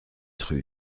rue